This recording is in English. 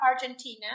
Argentina